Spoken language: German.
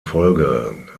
folge